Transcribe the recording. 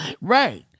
right